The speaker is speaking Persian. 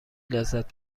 لذت